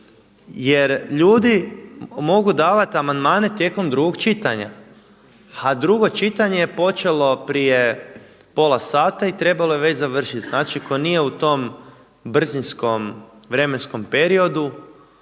jer ljudi mogu davati amandmane tijekom drugog čitanja. A drugo čitanje je počelo prije pola sata i trebalo je već završiti. Znači, tko nije u tom brzinskom vremenskom periodu